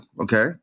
okay